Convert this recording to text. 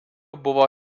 buvo